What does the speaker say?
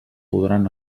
podran